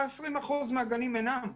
20% מהגנים כבר אינם.